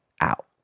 out